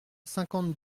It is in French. cinquante